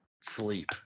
sleep